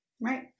Right